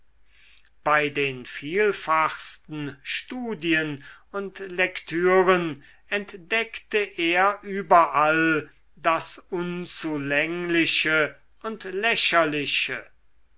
bei den vielfachsten studien und lektüre entdeckte er überall das unzulängliche und lächerliche